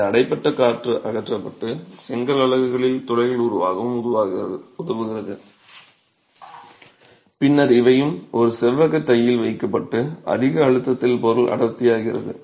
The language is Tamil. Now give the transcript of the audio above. இந்த அடைபட்ட காற்று அகற்றப்பட்டு செங்கல் அலகுகளில் துளைகள் உருவாகவும் உதவுகிறது பின்னர் இவையும் ஒரு செவ்வக டையில் வைக்கப்பட்டு அதிக அழுத்தத்தில் பொருள் அடர்த்தியாகிறது